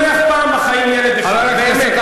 תשמח פעם בחיים ילד אחד, באמת.